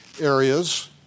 areas